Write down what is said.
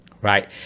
Right